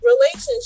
Relationship